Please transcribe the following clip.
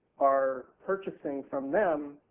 are purchasing from them,